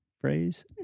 phrase